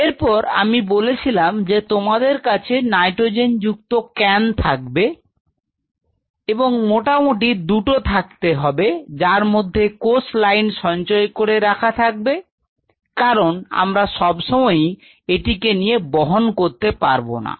এরপর আমি বলেছিলাম যে তোমাদের কাছে নাইট্রোজেন যুক্ত কেন থাকবে এবং মোটামুটি দুটো থাকতে হবে যার মধ্যে কোষ লাইন সঞ্চয় করে রাখা থাকবে কারণ আমরা সবসময়ই এটিকে নিয়ে বহন করতে পারবোনা